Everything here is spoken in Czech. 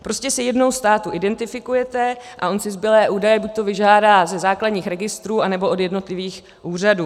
Prostě se jednou státu identifikujete a on si zbylé údaje buďto vyžádá ze základních registrů, anebo od jednotlivých úřadů.